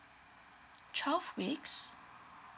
twelve weeks